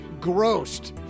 grossed